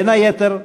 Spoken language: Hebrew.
בין היתר,